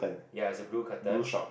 ya is a blue curtain